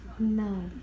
No